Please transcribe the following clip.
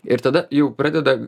ir tada jau pradeda